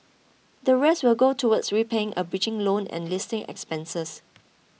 the rest will go towards repaying a bridging loan and listing expenses